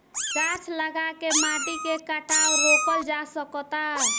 गाछ लगा के माटी के कटाव रोकल जा सकता